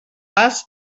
pas